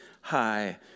high